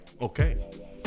Okay